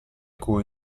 cui